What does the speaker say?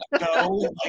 no